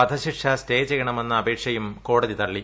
വധശിക്ഷ സ്റ്റേ ചെയ്യണമെന്ന അപേക്ഷയും കേടതി തള്ളി